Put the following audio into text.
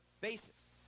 basis